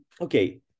okay